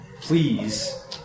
Please